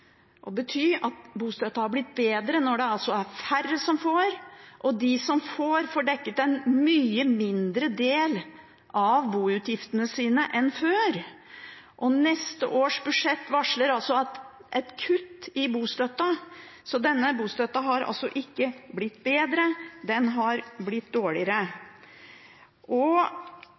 at bostøtten har blitt bedre, når det altså er færre som får, og når de som får, får dekket en mye mindre del av boutgiftene sine enn før. I neste års budsjett varsles det kutt i bostøtten, så bostøtten har ikke blitt bedre, den har blitt dårligere. Og